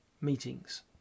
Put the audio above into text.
meetings